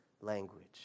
language